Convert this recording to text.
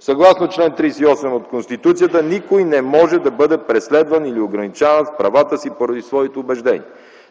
Съгласно чл. 38 от Конституцията „никой не може да бъде преследван или ограничаван в правата си поради своите убеждения”.